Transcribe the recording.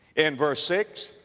in verse six,